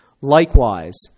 likewise